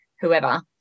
whoever